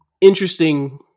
interesting